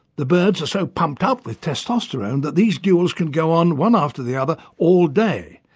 the birds are so pumped up with testosterone that these duels can go on, one after the other, all day,